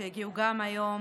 שהגיעו גם היום